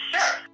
Sure